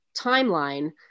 timeline